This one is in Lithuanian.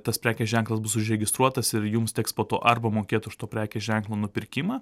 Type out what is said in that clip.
tas prekės ženklas bus užregistruotas ir jums teks po to arba mokėt už to prekės ženklo nupirkimą